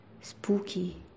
Spooky